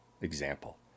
example